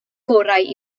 gorau